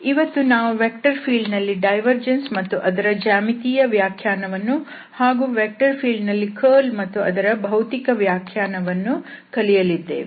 ಇವತ್ತು ನಾವು vector field ನಲ್ಲಿ ಡೈವರ್ಜೆನ್ಸ್ ಮತ್ತು ಅದರ ಜ್ಯಾಮಿತಿಯ ವ್ಯಾಖ್ಯಾನವನ್ನು ಹಾಗೂ ವೆಕ್ಟರ್ ಫೀಲ್ಡ್ ನಲ್ಲಿ ಕರ್ಲ್ ಮತ್ತು ಅದರ ಭೌತಿಕ ವ್ಯಾಖ್ಯಾನವನ್ನು ಕಲಿಯಲಿದ್ದೇವೆ